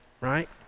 right